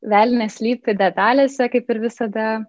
velnias slypi detalėse kaip ir visada